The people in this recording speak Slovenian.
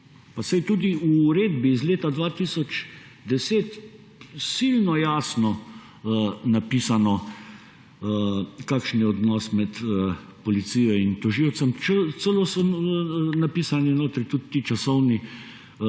Pa saj je tudi v uredbi iz leta 2010 silno jasno napisano, kakšen je odnos med policijo in tožilcem. Napisani so notri celo tudi ti časovni